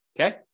okay